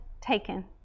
taken